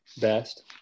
best